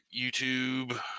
YouTube